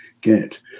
get